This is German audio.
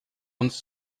uns